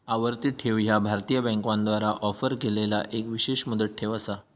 आवर्ती ठेव ह्या भारतीय बँकांद्वारा ऑफर केलेलो एक विशेष मुदत ठेव असा